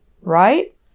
right